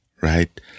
right